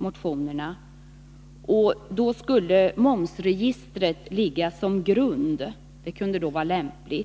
Det kunde vara lämpligt att momsregistret låg till grund för ett sådant branschregister.